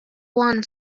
one